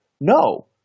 No